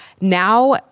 now